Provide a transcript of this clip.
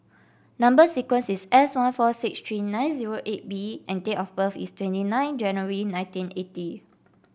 number sequence is S one four six three nine zero eight B and date of birth is twenty nine January nineteen eighty